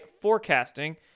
forecasting